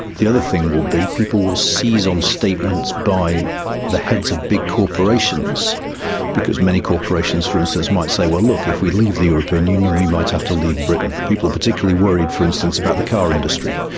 the other thing will be people will seize on statements by the heads of big corporations because many corporations, for instance, might say, well look, if we leave the european union we might have to leave britain. people are particularly worried, for instance, about the car industry.